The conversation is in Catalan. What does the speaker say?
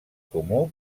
comú